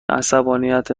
عصبانیت